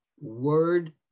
word